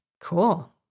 Cool